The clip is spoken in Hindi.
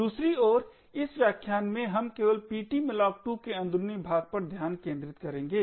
दूसरी ओर इस व्याख्यान में हम केवल ptmalloc2 के अंदरुनी भाग पर ध्यान केंद्रित करेंगे